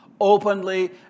openly